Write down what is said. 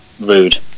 rude